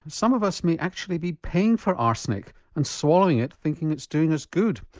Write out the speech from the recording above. some of us may actually be paying for arsenic and swallowing it thinking it's doing us good.